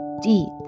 deep